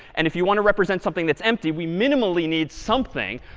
and if you want to represent something that's empty, we minimally need something.